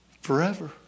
Forever